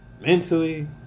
mentally